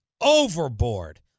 overboard